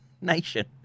nation